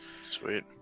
Sweet